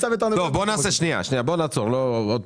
זה ביצה ותרנגולת פה.